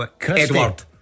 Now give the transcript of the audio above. Edward